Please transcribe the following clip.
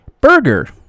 burger